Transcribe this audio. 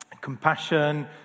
compassion